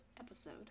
episode